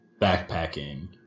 backpacking